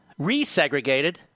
resegregated